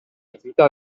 attività